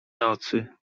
nocy